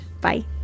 Bye